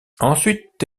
ensuite